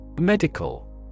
Medical